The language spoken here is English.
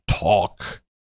talk